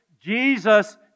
Jesus